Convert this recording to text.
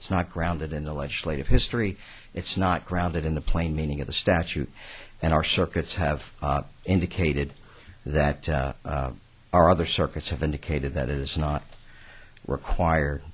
it's not grounded in the legislative history it's not grounded in the plain meaning of the statute and our circuits have indicated that our other circuits have indicated that is not require